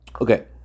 Okay